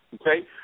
Okay